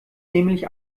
nämlich